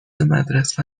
مدرسه